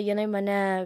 jinai mane